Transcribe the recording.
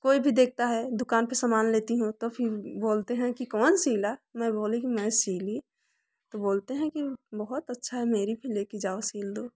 कोई भी देखता है दुकान पे समान लेती हूँ तो फिर बोलते हैं कि कौन सिला मैं बोली कि मैं सिली तो बोलते हैं कि बहुत अच्छा है मेरी भी लेके जाओ सिल दो